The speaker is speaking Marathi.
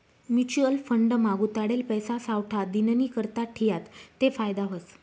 म्युच्युअल फंड मा गुताडेल पैसा सावठा दिननीकरता ठियात ते फायदा व्हस